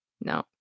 No